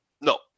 no